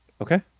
Okay